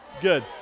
Good